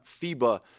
FIBA